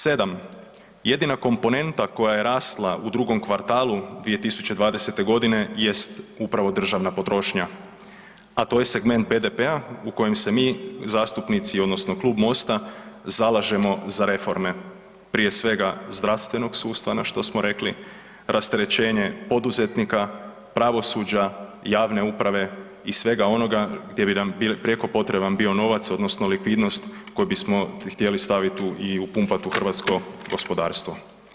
Sedam, jedina komponenta koja je rasla u drugom kvartalu 2020. godine jest upravo državna potrošnja, a to je segment BDP-a u kojem se mi zastupnici odnosno Klub MOST-a zalažemo za reforme, prije svega zdravstvenog sustava što smo rekli, rasterećenje poduzetnika, pravosuđa, javne uprave i svega onoga gdje bi nam prijeko potreban bio novac odnosno likvidnost koji bismo htjeli staviti i upumpati u hrvatsko gospodarstvo.